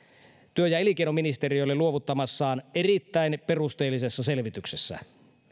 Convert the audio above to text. työ ja elinkeinoministeriölle luovuttamassaan erittäin perusteellisessa selvityksessä